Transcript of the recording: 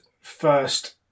first